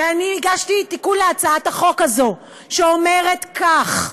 ואני הגשתי תיקון להצעת החוק הזאת, שאומר כך: